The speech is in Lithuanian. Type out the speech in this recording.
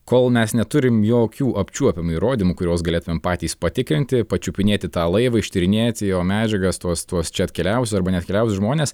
kol mes neturim jokių apčiuopiamų įrodymų kuriuos galėtumėm patys patikrinti pačiupinėti tą laivą ištyrinėti jo medžiagas tuos tuos čia atkeliavus arba neatkeliavus žmones